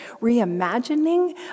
reimagining